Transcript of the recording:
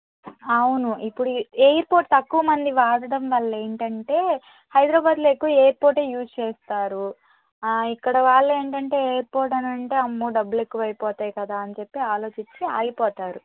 అవును ఇప్పుడు ఎయిర్పోర్టు తక్కువ మంది వాడటం వల్ల ఏమిటంటే హైదరాబాదులో అయితే ఎయిర్పోర్టే యూస్ చేస్తారు ఆ ఇక్కడ వాళ్ళు ఏంటంటే ఎయిర్పోర్టు అని అంటే అమ్మో డబ్బులు ఎక్కువ అయిపోతాయి కదా అని చెప్పి ఆలోచించి ఆగిపోతారు